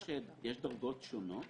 יש דרגות שונות,